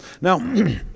Now